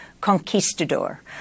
conquistador